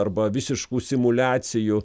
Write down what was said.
arba visiškų simuliacijų